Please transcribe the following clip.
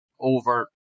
over